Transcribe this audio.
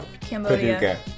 Cambodia